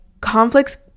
conflicts